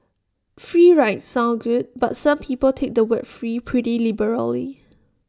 free rides sound good but some people take the word free pretty liberally